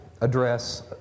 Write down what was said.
address